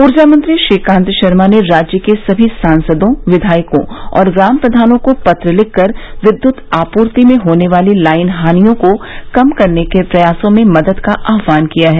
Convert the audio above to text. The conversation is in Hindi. ऊर्जा मंत्री श्रीकांत शर्मा ने राज्य के सभी सांसदों विधायकों और ग्राम प्रधानों को पत्र लिखकर विद्युत आपूर्ति में होने वाली लाइन हानियों को कम करने के प्रयासों में मदद का आहवान किया है